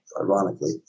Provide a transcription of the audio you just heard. ironically